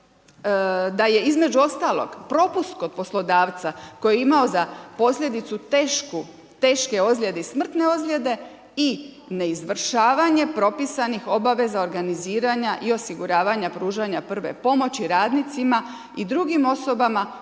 da je između ostalog propust kod poslodavca koji je imao za posljedicu teške ozljede i smrtne ozljede i neizvršavanje propisanih obaveza organiziranja i osiguravanja pružanja prve pomoći radnicima i drugim osobama